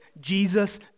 Jesus